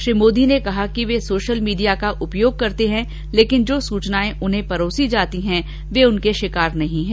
श्री मोदी ने कहा कि वे सोशल मीडिया का उपयोग करते हैं लेकिन जो सूचनाए उन्हें परोसी जाती है वे उनके शिकार नहीं हैं